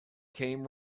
came